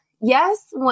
yes